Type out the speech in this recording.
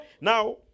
Now